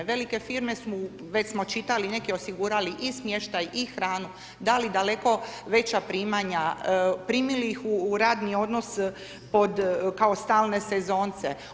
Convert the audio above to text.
Velike firme su, već smo čitali, neke osigurali i smještaj i hranu, dali daleko veća primanja, primili ih u radni odnos kao pod, kao stalne sezonce.